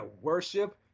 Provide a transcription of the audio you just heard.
worship